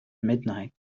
midnight